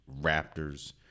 Raptors